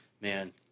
Man